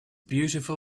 beautiful